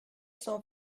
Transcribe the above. cent